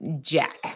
jack